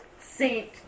Saint